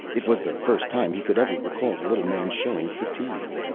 it was the first time he could ever recall the little man showing fatigue.